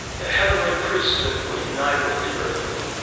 the heavenly priesthood will unite with the earthly,